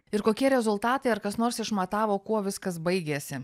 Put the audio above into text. ir kokie rezultatai ar kas nors išmatavo kuo viskas baigėsi